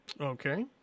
Okay